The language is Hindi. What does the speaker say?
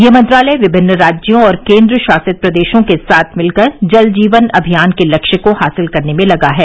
यह मंत्रालय विभिन्न राज्यों और केन्द्रशासित प्रदेशों के साथ मिलकर जल जीवन अभियान के लक्ष्य को हासिल करने में लगा है